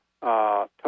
total